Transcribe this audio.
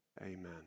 Amen